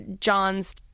John's